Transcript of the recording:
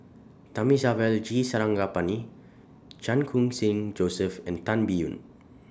Thamizhavel G Sarangapani Chan Khun Sing Joseph and Tan Biyun